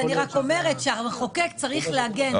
אני רק אומרת שהמחוקק צריך להגן על זה.